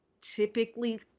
typically